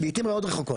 לעיתים מאוד רחוקות.